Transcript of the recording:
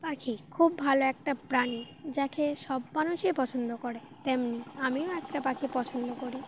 পাখি খুব ভালো একটা প্রাণী যাকে সব মানুষই পছন্দ করে তেমনি আমিও একটা পাখি পছন্দ করি